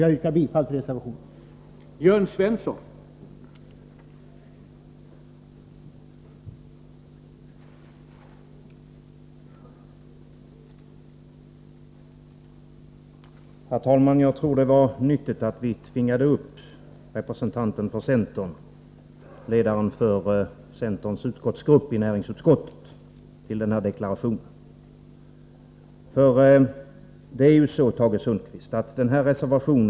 Jag yrkar bifall till reservation 1.